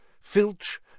Filch